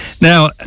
Now